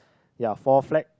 ya four flag